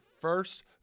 first